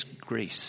grace